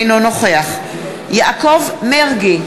אינו נוכח יעקב מרגי,